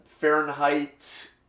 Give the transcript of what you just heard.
Fahrenheit